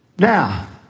Now